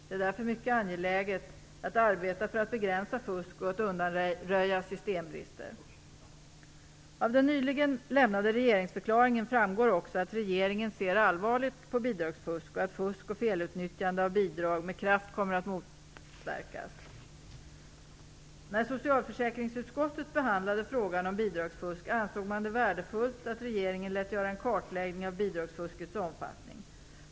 Det är därför mycket angeläget att arbeta för att begränsa fusk och att undanröja systembrister. Av den nyligen lämnade regeringsförklaringen framgår också att regeringen ser allvarligt på bidragsfusk och att fusk och felutnyttjande av bidrag med kraft kommer att motverkas. När socialförsäkringsutskottet behandlade frågan om bidragsfusk ansåg man det värdefullt att regeringen lät göra en kartläggning av bidragsfuskets omfattning.